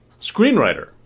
screenwriter